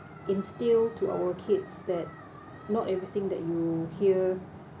instill to our kids that not everything that you hear